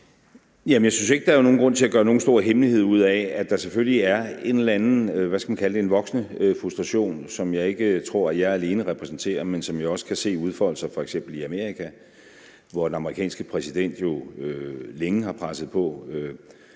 Jeg synes jo ikke, der er nogen grund til at gøre nogen stor hemmelighed ud af, er der selvfølgelig er – hvad skal man kalde det – en eller anden voksende frustration, som jeg ikke tror jeg alene repræsenterer, men som jeg også kan se udfolde sig f.eks. i Amerika. Her har den amerikanske præsident jo længe presset på